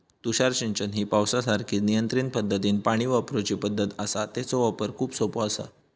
तुषार सिंचन ही पावसासारखीच नियंत्रित पद्धतीनं पाणी वापरूची पद्धत आसा, तेचो वापर खूप सोपो आसा